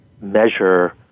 measure